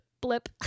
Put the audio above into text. Blip